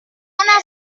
habitada